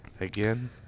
again